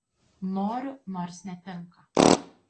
noriu nors netinka